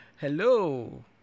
Hello